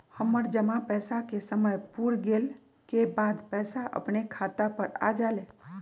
हमर जमा पैसा के समय पुर गेल के बाद पैसा अपने खाता पर आ जाले?